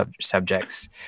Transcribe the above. subjects